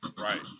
right